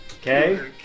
okay